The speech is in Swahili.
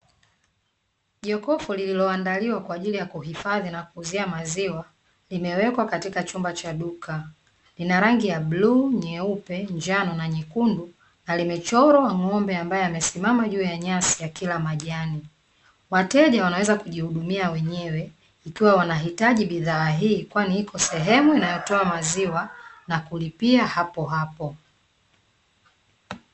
Jokofu lililoandaliwa kwa ajili ya kuhifadhi na kuuzia maziwa, limewekwa katika chumba cha duka, lina rangi ya bluu, nyeupe, njano na nyekundu na limechorwa ng'ombe ambaye amesimama juu ya nyasi akila majani. Wateja wanaweza kujihudumia wenyewe ikiwa wanahitaji bidhaa hii kwani iko sehemu inayotoa maziwa na kulipia hapohapo.